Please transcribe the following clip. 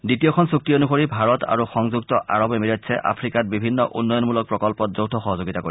দ্বিতীয়খন চুক্তি অনুসৰি ভাৰত আৰু সংযুক্ত আৰব এমিৰেটছে আফ্ৰিকাত বিভিন্ন উন্নয়নমূলক প্ৰকল্পত যৌথ সহযোগিতা কৰিব